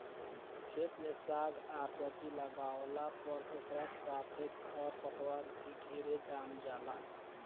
खेत में साग आ सब्जी लागावला पर ओकरा साथे खर पतवार भी ढेरे जाम जाला